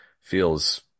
feels